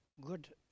good